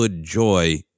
joy